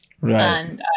Right